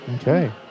Okay